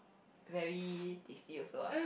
very tasty also ah